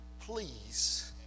please